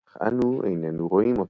אך אנו איננו רואים אותו".